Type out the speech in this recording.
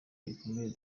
gikomeye